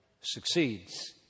succeeds